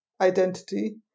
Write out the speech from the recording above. identity